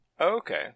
Okay